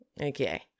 Okay